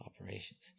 operations